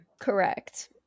Correct